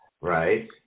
Right